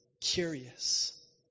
curious